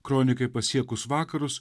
kronikai pasiekus vakarus